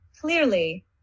clearly